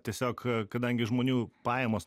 tiesiog kadangi žmonių pajamos